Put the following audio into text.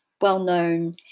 well-known